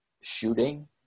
shooting